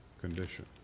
condition